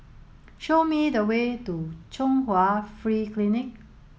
show me the way to Chung Hwa Free Clinic